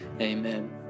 Amen